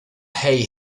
hey